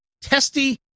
testy